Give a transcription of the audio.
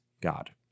God